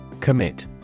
Commit